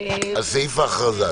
על סעיף ההכרזה.